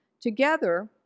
Together